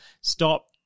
Stop